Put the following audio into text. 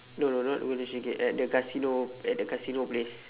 no no not golden shiki at the casino at the casino place